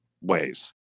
ways